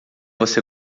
você